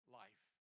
life